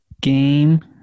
game